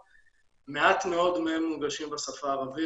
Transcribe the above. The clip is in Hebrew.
מעט מאוד מהם מונגשים בשפה הערבית.